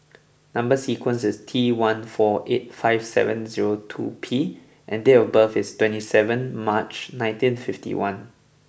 number sequence is T one four eight five seven zero two P and date of birth is twenty seven March nineteen fifty one